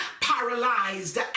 paralyzed